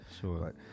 Sure